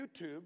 YouTube